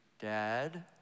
Dad